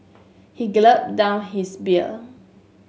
he gulped down his beer